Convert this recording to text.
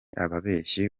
ababeshyi